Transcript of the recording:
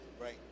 right